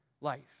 life